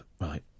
right